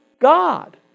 God